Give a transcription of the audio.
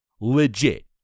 Legit